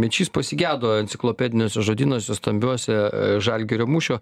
mečys pasigedo enciklopediniuose žodynuose stambiuose žalgirio mūšio